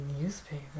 newspaper